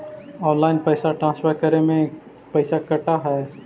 Online पैसा transfer करे में पैसा कटा है?